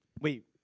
Wait